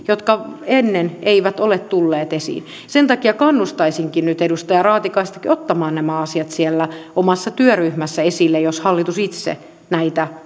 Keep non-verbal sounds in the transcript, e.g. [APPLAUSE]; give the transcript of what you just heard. jotka ennen eivät ole tulleet esiin sen takia kannustaisinkin nyt edustaja raatikaistakin ottamaan nämä asiat siellä omassa työryhmässä esille jos hallitus itse näitä [UNINTELLIGIBLE]